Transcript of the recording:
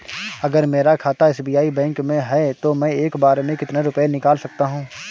अगर मेरा खाता एस.बी.आई बैंक में है तो मैं एक बार में कितने रुपए निकाल सकता हूँ?